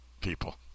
People